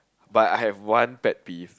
but I have one practice